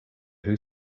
who